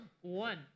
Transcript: One